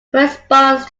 corresponds